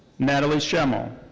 natalie schemmel.